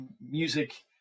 music